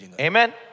Amen